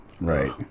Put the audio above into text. right